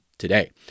today